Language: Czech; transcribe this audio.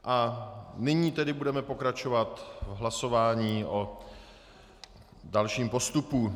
A nyní tedy budeme pokračovat v hlasování o dalším postupu.